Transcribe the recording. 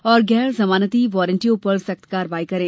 और गैर जमानती वारंटियों पर सख्त कार्यवाही करें